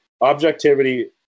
objectivity